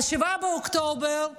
7 אוקטובר קרה.